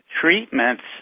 treatments